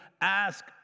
ask